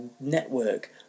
network